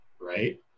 right